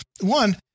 One